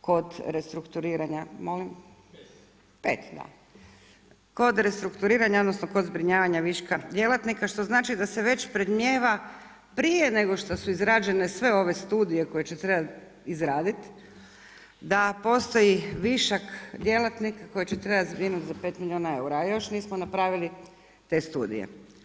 kod restrukturiranja. … [[Upadica se ne razumije.]] Molim? … [[Upadica se ne razumije.]] Pet da, kod restrukturiranja odnosno kod zbrinjavanja viška djelatnika, što znači da se već predmnijeva prije nego što su izrađene sve ove studije koje će trebati izradit da postoji višak djelatnika koji će trebati zbrinuti za pet milijuna eura, a još nismo napravili te studije.